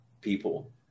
people